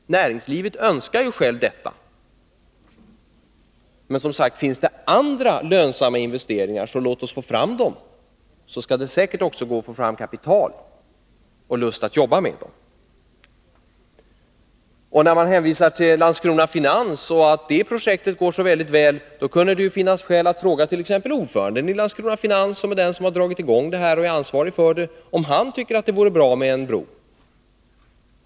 Näringslivet självt önskar detta. Men finns det andra, lönsamma investeringar, så låt oss som sagt få fram dem, så skall det säkert också gå att få fram kapital och lust att jobba med dem! Man hänvisar till Landskronafinans och säger att det projektet går så bra. Det kunde då finnas skäl att fråga t.ex. ordföranden i Landskronafinans, som är den som dragit i gång det här och är ansvarig för det, om han tycker att det vore bra med en bro.